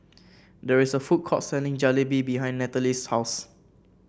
there is a food court selling Jalebi behind Nathalie's house